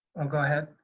well go ahead.